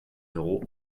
d’euros